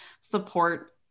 support